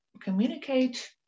communicate